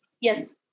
Yes